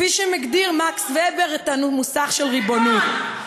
כפי שהגדיר מקס וובר את המושג "ריבונות" זה לא ריבון.